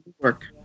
work